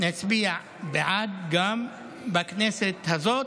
נצביע בעד גם בכנסת הזאת.